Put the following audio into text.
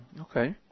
Okay